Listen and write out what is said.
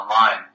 online